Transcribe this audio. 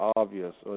obvious